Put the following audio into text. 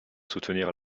soutenir